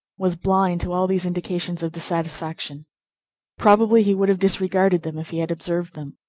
was blind to all these indications of dissatisfaction probably he would have disregarded them if he had observed them.